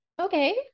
okay